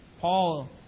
Paul